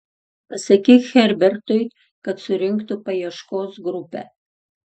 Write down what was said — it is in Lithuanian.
pasakyk herbertui kad surinktų paieškos grupę